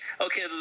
okay